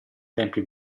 tempi